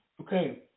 Okay